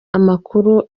amakuru